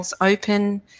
open